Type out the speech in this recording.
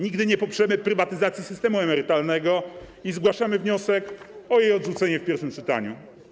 Nigdy nie poprzemy prywatyzacji systemu emerytalnego i zgłaszamy wniosek o odrzucenie tej ustawy w pierwszym czytaniu.